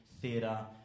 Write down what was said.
theatre